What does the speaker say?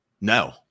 no